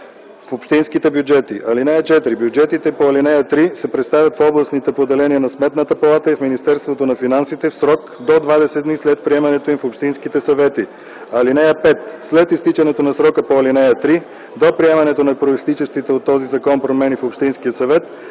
в общинските бюджети. (4) Бюджетите по ал. 3 се представят в областните поделения на Сметната палата и в Министерството на финансите в срок до двадесет дни след приемането им от общинските съвети. (5) След изтичането на срока по ал. 3 до приемането на произтичащите от този закон промени в общинския бюджет